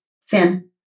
sin